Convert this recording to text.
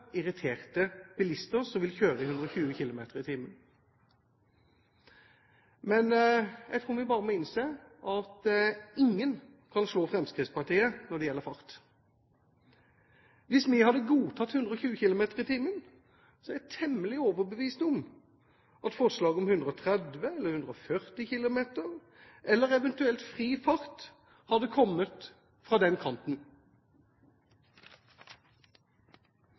irriterte bilister som vil kjøre i 120 km/t. Men jeg tror vi bare må innse at ingen kan slå Fremskrittspartiet når det gjelder fart. Hvis vi hadde godtatt 120 km/t, er jeg temmelig overbevist om at forslag om 130 eller 140 km/t eller eventuelt fri fart hadde kommet fra den kanten.